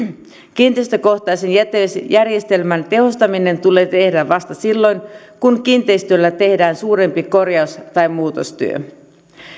kiinteistökohtaisen jätevesijärjestelmän tehostaminen tulee tehdä vasta silloin kun kiinteistöllä tehdään suurempi korjaus tai muutostyö